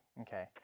okay